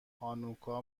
هانوکا